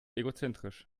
egozentrisch